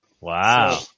Wow